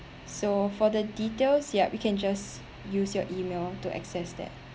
so for the details yup you can just use your E-mail to access that